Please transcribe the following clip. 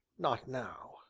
not now,